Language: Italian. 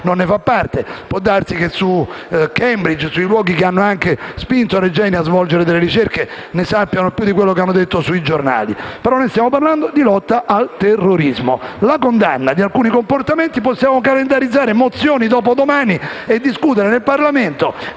non fa parte). Può darsi che su Cambridge e sui luoghi che hanno spinto Regeni a svolgere delle ricerche ne sappiano più di quello che hanno detto ai giornali. Stiamo però parlando di lotta al terrorismo. In tema di condanna di alcuni comportamenti possiamo calendarizzare mozioni dopodomani e discutere in Parlamento